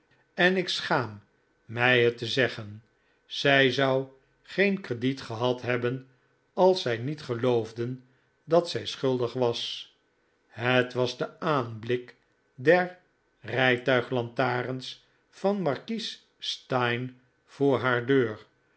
en ik schaam mij het te zeggen zij zou geen crediet gehad hebben als zij niet geloofden dat zij schuldig was het was de aanblik der rijtuiglantaarns van markies steyne voor haar deur